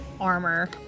armor